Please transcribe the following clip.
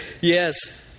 Yes